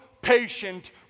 Patient